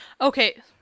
Okay